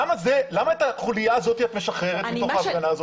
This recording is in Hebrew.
למה את החוליה הזאת את משחררת מתוך ההפגנה הזאת?